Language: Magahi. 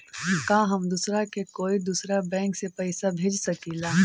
का हम दूसरा के कोई दुसरा बैंक से पैसा भेज सकिला?